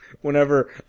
Whenever